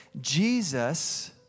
Jesus